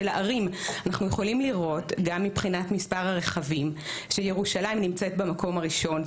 אנחנו יכולים לראות גם מבחינת מספר הרכבים שירושלים נמצאת במקום הראשון.